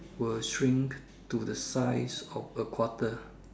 were shrinked to the size of a quarter